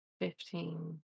fifteen